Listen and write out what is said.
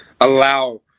allow